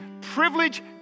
privilege